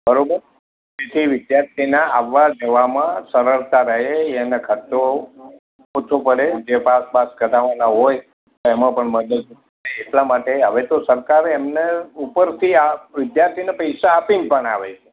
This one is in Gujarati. બરાબર તેથી વિદ્યાર્થીનાં આવવા જવામાં સરળતા રહે એને ખર્ચો ઓછો પડે જે પાસ બાસ કઢાવવાના હોય એમાં પણ મદદ રહે એટલા માટે હવે તો સરકારે એમને ઉપરથી આ વિદ્યાર્થીને પૈસા આપીને ભણાવે છે